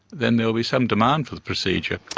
then there will be some demand for the procedure.